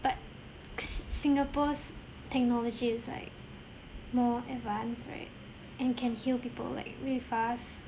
but s~ singapore's technology is like more advanced right and can heal people like really fast